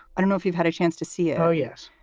i don't know if you've had a chance to see it. oh, yes.